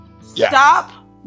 Stop